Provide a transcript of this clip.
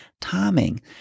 timing